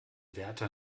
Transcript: wärter